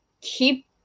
keep